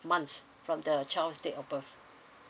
months from the child's date of birth